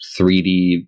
3D